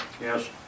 Yes